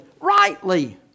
rightly